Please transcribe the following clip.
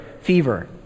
fever